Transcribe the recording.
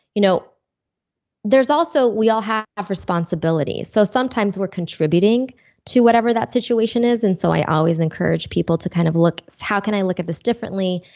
you know there's also, we all have have responsibilities so sometimes we're contributing to whatever that situation is and so i always encourage people to kind of look, how can i look at this differently?